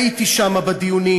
הייתי שם בדיונים,